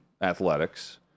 athletics